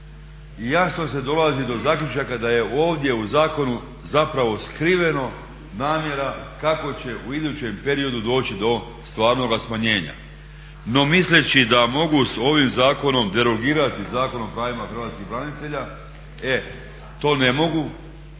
jasno se dolazi do zaključaka da je ovdje u zakonu zapravo skriveno namjera kako će u idućem periodu doći do stvarnoga smanjenja. No, misleći da mogu s ovim zakonom derogirati, Zakonom o pravima hrvatskih branitelja, e to ne mogu